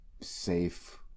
safe